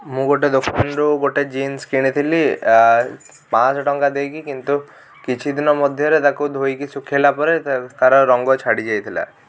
ମୁଁ ଗୋଟେ ଦୋକାନରୁ ଗୋଟେ ଜିନ୍ସ କିଣିଥିଲି ପାଞ୍ଚ ଶହ ଟଙ୍କା ଦେଇକି କିନ୍ତୁ କିଛି ଦିନ ମଧ୍ୟରେ ତାକୁ ଧୋଇକି ଶୁଖାଇଲା ପରେ ତାର ରଙ୍ଗ ଛାଡ଼ିଯାଇଥିଲା